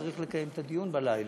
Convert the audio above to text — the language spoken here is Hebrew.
צריך לקיים את הדיון בלילה,